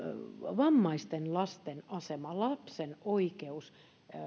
vammaisten lasten asema lapsen oikeus